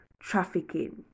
trafficking